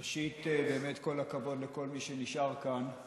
ראשית, באמת כל הכבוד לכל מי שנשאר כאן,